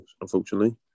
unfortunately